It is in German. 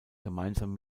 gemeinsam